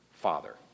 father